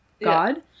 god